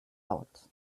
out